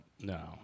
No